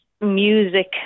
music